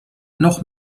noch